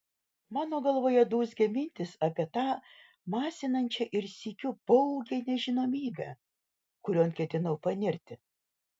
mano galvoje dūzgė mintys apie tą masinančią ir sykiu baugią nežinomybę kurion ketinau panirti